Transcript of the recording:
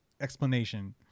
explanation